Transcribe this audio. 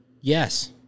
yes